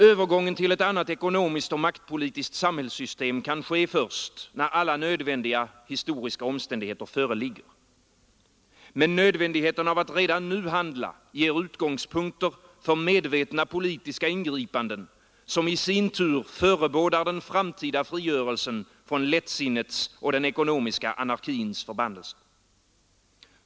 Övergången till ett annat ekonomiskt och maktpolitiskt samhällssystem kan ske först när alla nödvändiga historiska omständigheter föreligger. Men nödvändigheten av att redan nu handla ger utgångspunkter för medvetna politiska ingripanden som i sin tur förebådar den framtida frigörelsen från lättsinnets och den ekonmiska anarkins förbannelse.